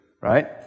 right